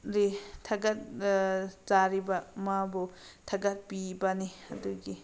ꯂꯤ ꯊꯥꯒꯠ ꯆꯔꯤꯕ ꯃꯥꯕꯨ ꯊꯥꯒꯠꯄꯤꯕꯅꯤ ꯑꯗꯨꯒꯤ